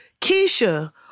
Keisha